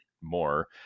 more